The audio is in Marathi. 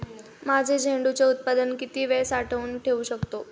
माझे झेंडूचे उत्पादन किती वेळ साठवून ठेवू शकतो?